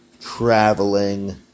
traveling